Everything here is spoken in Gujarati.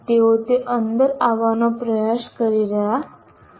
તેઓ તે અંદર આવવાનો પ્રયાસ કરી રહ્યા છે